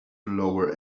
lower